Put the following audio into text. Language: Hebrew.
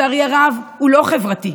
לצערי הרב הוא לא חברתי,